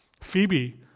Phoebe